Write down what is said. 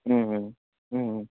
ம் ம் ம் ம்